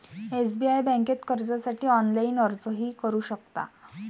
SBI बँकेत कर्जासाठी online अर्जही करू शकता